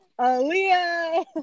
Aaliyah